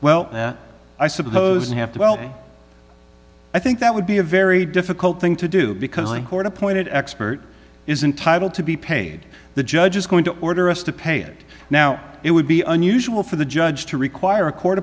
well i suppose you have to well i think that would be a very difficult thing to do because like court appointed expert is entitle to be paid the judge is going to order us to pay it now it would be unusual for the judge to require a court